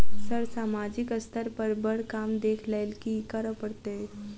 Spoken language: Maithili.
सर सामाजिक स्तर पर बर काम देख लैलकी करऽ परतै?